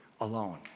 alone